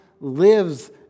lives